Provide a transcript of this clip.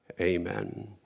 Amen